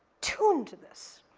tuned to this.